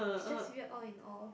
is just weird all in all